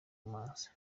mazi